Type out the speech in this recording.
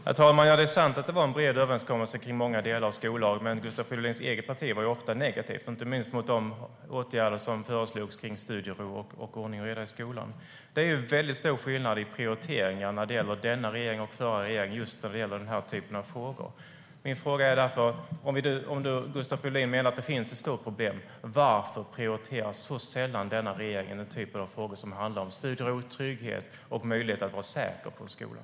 Herr talman! Det är sant att det var en bred överenskommelse om många delar av skollagen. Men Gustav Fridolins eget parti var ofta negativt, inte minst mot de åtgärder som föreslogs om studiero och ordning och reda i skolan. Det är väldigt stora skillnader i prioritering mellan denna regering och den förra regeringen när det gäller den här typen av frågor. Min fråga är därför: Om nu Gustav Fridolin menar att det finns ett stort problem, varför prioriterar denna regering så sällan den typ av frågor som handlar om studiero, trygghet och möjlighet att vara säker på skolan?